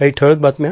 काही ठळक बातम्या